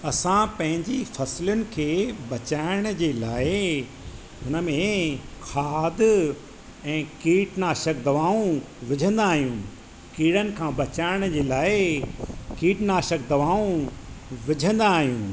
असां पंहिंजी फसलुनि खे बचाइण जे लाइ हुनमें ख़ाद ऐं कीट नाशक दवाऊं विझंदा आहियूं कीड़नि खां बचाइण जे लाइ कीटनाशक दवाऊं विझंदा आहियूं